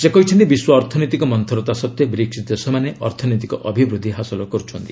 ସେ କହିଛନ୍ତି ବିଶ୍ୱ ଅର୍ଥନୈତିକ ମନ୍ତରତା ସତ୍ତ୍ୱେ ବ୍ରିକ୍ନ ଦେଶମାନେ ଅର୍ଥନୈତିକ ଅଭିବୃଦ୍ଧି ହାସଲ କରୁଛନ୍ତି